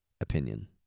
opinion